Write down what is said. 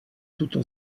tuto